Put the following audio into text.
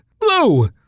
Blue